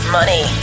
money